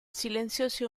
silencioso